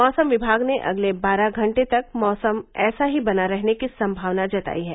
मौसम विभाग ने अगले बारह घंटे तक मौसम ऐसा ही बना रहने की संभावना जतायी है